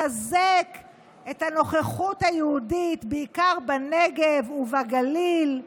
לחזק את הנוכחות היהודית בעיקר בנגב ובגליל,